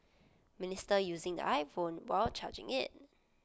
minister using the iPhone while charging IT